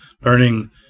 learning